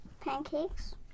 Pancakes